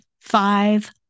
five